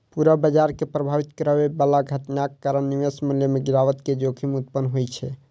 पूरा बाजार कें प्रभावित करै बला घटनाक कारण निवेश मूल्य मे गिरावट के जोखिम उत्पन्न होइ छै